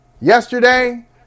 Yesterday